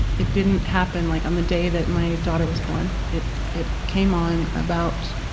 it didn't happen like on the day that my daughter was born. it it came on about